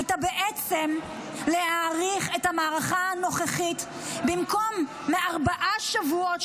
הייתה בעצם להאריך את המערכה הנוכחית במקום מארבעה שבועות,